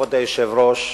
כבוד היושב-ראש,